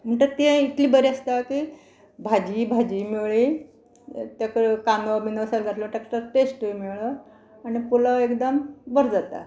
म्हणटा तें इतली बरी आसता की भाजी भाजीय मेळ्ळी ताका कांदो बिनो सगलें घातलें म्हणटरीर ताका तो टेस्टूय मेळ्ळो आनी पुलाव एकदम बरो जाता